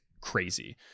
crazy